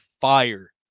fire